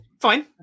fine